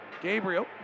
Gabriel